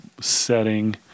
setting